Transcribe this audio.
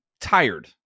tired